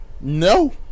No